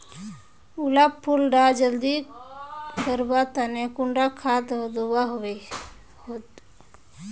गुलाब फुल डा जल्दी बढ़वा तने कुंडा खाद दूवा होछै?